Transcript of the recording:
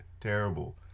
terrible